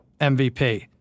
MVP